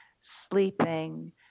sleeping